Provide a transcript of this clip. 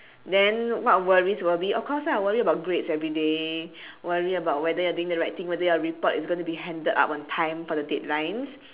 then what worries will be of course ah worries about grades everyday worry about whether you're doing the right thing whether your report is gonna be handed up on time for the daedlines